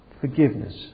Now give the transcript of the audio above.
Forgiveness